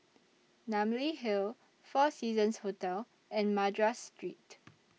Namly Hill four Seasons Hotel and Madras Street